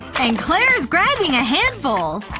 and clair's grabbing a handful!